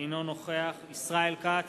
אינו נוכח ישראל כץ,